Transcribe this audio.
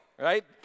right